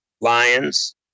Lions